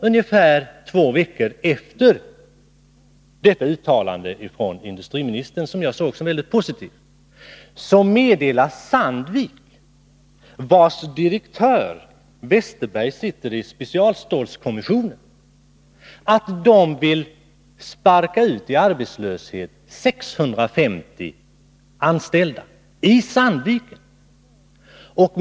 Ungefär två veckor efter detta uttalande av industriministern, vilket jag uppfattade som väldigt positivt, meddelade Sandvik AB, vars direktör Westerberg ingår i specialstålskommissionen, att man vill sparka ut 650 anställda i Sandviken i arbetslöshet.